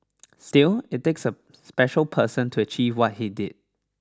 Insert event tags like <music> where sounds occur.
still it takes a <unintelligible> special person to achieve what he did